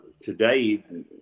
Today